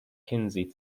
kinsey